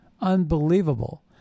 Unbelievable